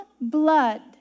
blood